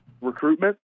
recruitment